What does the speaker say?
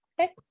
Okay